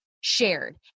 shared